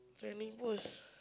trainee post